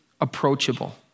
approachable